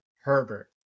herbert